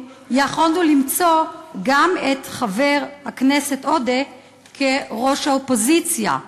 יכולנו למצוא גם את חבר הכנסת עודה כראש האופוזיציה,